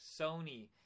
Sony